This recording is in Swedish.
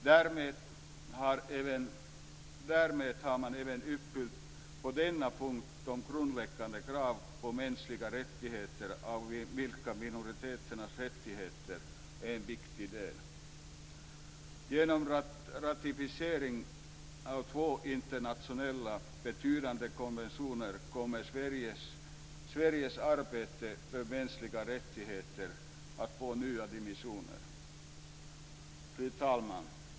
Därmed har man även på denna punkt uppfyllt de grundläggande krav på mänskliga rättigheter av vilka minoriteternas rättigheter är en viktig del. Genom ratificeringen av två internationellt betydande konventioner kommer Sveriges arbete för mänskliga rättigheter att få nya dimensioner. Fru talman!